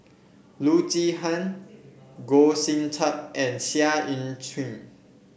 Loo Zihan Goh Sin Tub and Seah Eu Chin